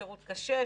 שירות קשה,